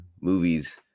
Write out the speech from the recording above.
movies